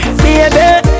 baby